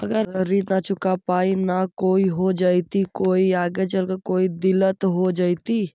अगर ऋण न चुका पाई न का हो जयती, कोई आगे चलकर कोई दिलत हो जयती?